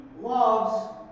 loves